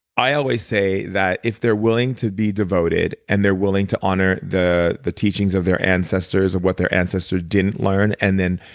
i always say that if they're willing to be devoted and they're willing to honor the the teachings of their ancestors or what their ancestor didn't learn, and then,